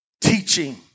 Teaching